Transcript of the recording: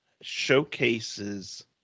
showcases